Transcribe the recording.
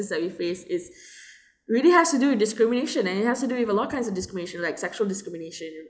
is that we face is really has to do with discrimination and it has to do with all kinds of discrimination like sexual discrimination